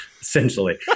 Essentially